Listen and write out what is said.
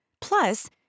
Plus